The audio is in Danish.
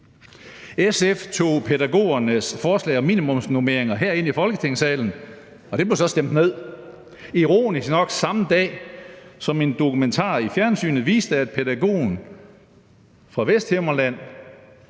SF tog pædagogernes forslag om minimumsnormeringer her ind i Folketingssalen, og det blev så stemt ned, ironisk nok samme dag som en dokumentar i fjernsynet viste, at pædagogen fra Vesthimmerland